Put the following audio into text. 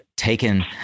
taken